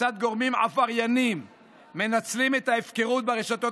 כיצד גורמים עברייניים מנצלים את ההפקרות ברשתות